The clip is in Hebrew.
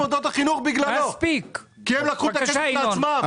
מהוצאות החינוך בגללו כי הם לקחו את הכסף לעצמם.